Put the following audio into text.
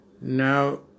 Now